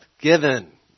given